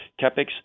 CapEx